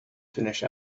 finish